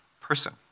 person